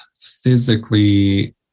physically